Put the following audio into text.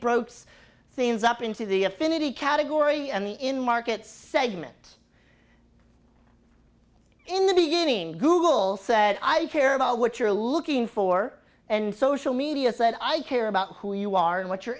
brokes things up into the affinity category and the in market segment in the beginning google said i care about what you're looking for and social media said i care about who you are and what you're